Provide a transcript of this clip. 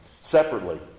separately